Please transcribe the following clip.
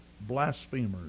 blasphemers